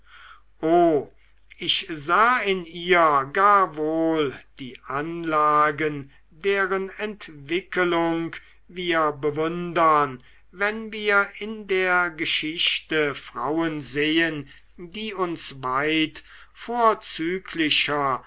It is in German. ich sah in ihr gar wohl die anlagen deren entwickelung wir bewundern wenn wir in der geschichte frauen sehen die uns weit vorzüglicher